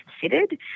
considered